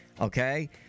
okay